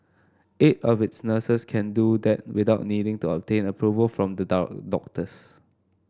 eight of its nurses can do that without needing to obtain approval from the doubt doctors